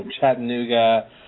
Chattanooga